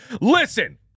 Listen